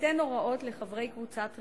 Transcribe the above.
ליתן הוראות לחברי קבוצת ריכוז,